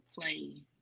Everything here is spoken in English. play